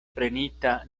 prenita